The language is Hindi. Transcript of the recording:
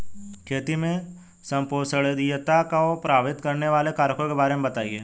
खेती में संपोषणीयता को प्रभावित करने वाले कारकों के बारे में बताइये